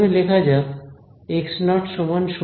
প্রথমে লেখা যাক x0 0